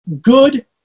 good